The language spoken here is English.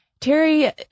Terry